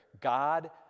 God